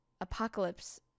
apocalypse